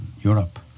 Europe